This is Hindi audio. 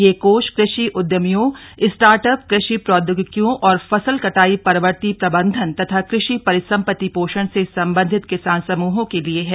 ये कोष कृषि उद्यमियों स्टार्ट अप कृषि प्रौद्योगिकियों और फसल कटाई परवर्ती प्रबंधन तथा कृषि परिसम्पत्ति पोषण से संबंधित किसान समूहों के लिए हैं